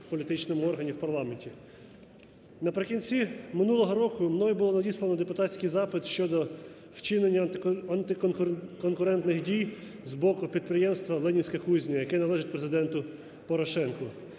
в політичному органі – в парламенті. Наприкінці минулого року мною було надіслано депутатський запит щодо вчинення антиконкурентних дій з боку підприємства "Ленінська кузня", яке належить Президенту Порошенку.